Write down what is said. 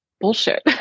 bullshit